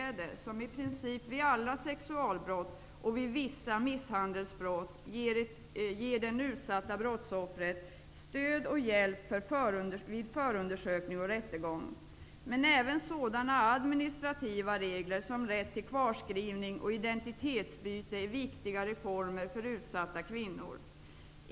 Målsägandebiträdet ger i princip vid alla sexualbrott och vid vissa misshandelsbrott stöd och hjälp till det utsatta brottsoffret vid förundersökning och rättegång. Men även sådana administrativa regler som rätt till kvarskrivning och identitetsbyte är viktiga reformer för utsatta kvinnor.